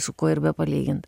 su kuo ir bepalygint